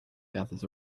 gathers